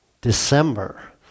December